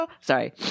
Sorry